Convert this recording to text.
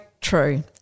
true